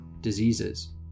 diseases